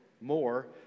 more